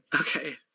okay